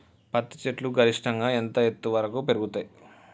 పత్తి చెట్లు గరిష్టంగా ఎంత ఎత్తు వరకు పెరుగుతయ్?